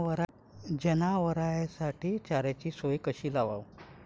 जनावराइसाठी चाऱ्याची सोय कशी लावाव?